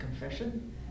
confession